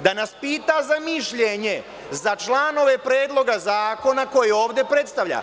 da nas pita za mišljenje za članove Predloga zakona koje ovde predstavlja.